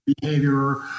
behavior